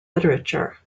literature